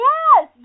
Yes